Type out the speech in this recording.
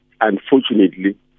unfortunately